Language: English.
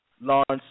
launched